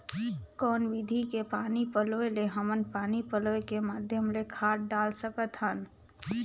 कौन विधि के पानी पलोय ले हमन पानी पलोय के माध्यम ले खाद डाल सकत हन?